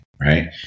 right